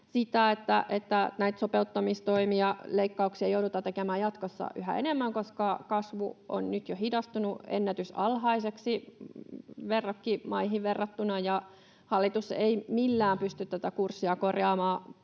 sitä, että näitä sopeuttamistoimia, leikkauksia joudutaan tekemään jatkossa yhä enemmän, koska kasvu on nyt jo hidastunut ennätysalhaiseksi verrokkimaihin verrattuna ja hallitus ei millään pysty tätä kurssia korjaamaan.